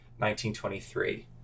1923